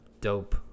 Dope